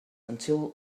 until